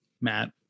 Matt